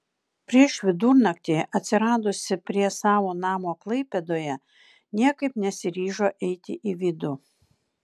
prieš vidurnakti atsiradusi prie savo namo klaipėdoje niekaip nesiryžo eiti į vidų